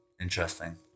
Interesting